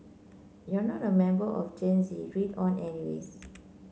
if you're not a member of Gen Z read on anyways